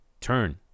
turn